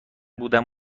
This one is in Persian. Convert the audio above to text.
بودم